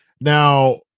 Now